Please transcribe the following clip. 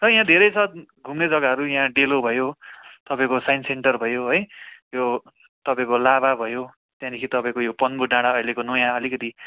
र यहाँ धेरै छ घुम्ने जग्गाहरू यहाँ डेलो भयो तपाईँको साइन्स सेन्टर भयो है यो तपाईँको लाभा भयो त्यहाँदेखि तपाईँको यो पन्बु डाँडा अहिलेको नयाँ अलिकति